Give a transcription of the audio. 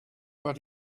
but